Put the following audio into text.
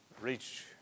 reach